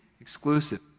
exclusive